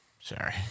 sorry